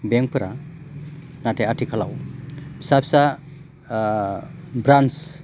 बेंकफोरा नाथाय आथिखालाव फिसा फिसा ब्रान्स